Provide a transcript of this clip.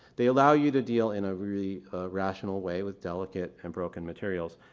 they allow you to deal in a really rational way with delicate and broken materials.